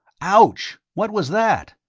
ouch! what was that?